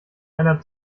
einer